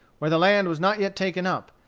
where the land was not yet taken up,